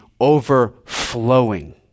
overflowing